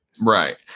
Right